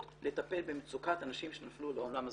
לטפל במצוקת הנשים שנפלו לעולם הזנות.